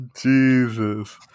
jesus